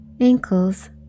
ankles